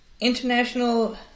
International